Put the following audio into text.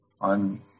on